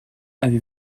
avez